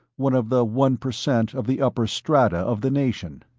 one of the one per cent of the upper strata of the nation.